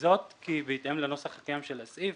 זאת בהתאם לנוסח הקיים של הסעיף,